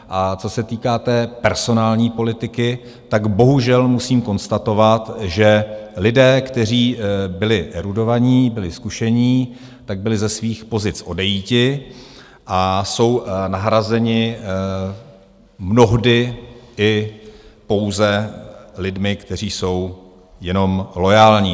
A co se týká personální politiky, bohužel musím konstatovat, že lidé, kteří byli erudovaní, byli zkušení, byli ze svých pozic odejiti a jsou nahrazeni mnohdy i pouze lidmi, kteří jsou jenom loajální.